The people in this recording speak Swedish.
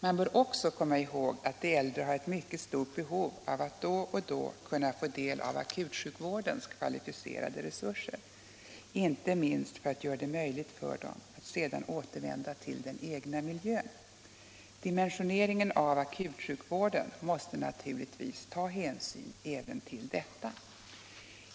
Man bör också komma ihåg att de äldre har ett mycket stort behov av att då och då kunna få del av akutsjukvårdens kvalificerade resurser — inte minst för att göra det möjligt för dem att sedan återvända till den egna miljön. Dimensioneringen av akutsjukvården måste naturligtvis ta hänsyn även till detta.